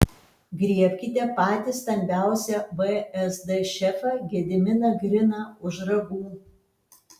griebkite patį stambiausią vsd šefą gediminą griną už ragų